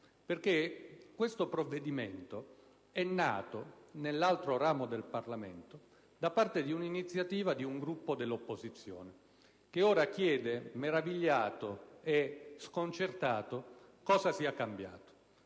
innesca. Questo provvedimento, infatti, è nato nell'altro ramo del Parlamento per iniziativa di un Gruppo dell'opposizione che ora chiede meravigliato e sconcertato cosa sia cambiato.